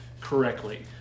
correctly